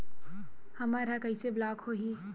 हमर ह कइसे ब्लॉक होही?